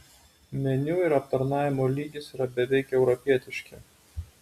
meniu ir aptarnavimo lygis yra beveik europietiški